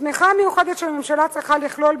התמיכה המיוחדת של הממשלה צריכה לכלול,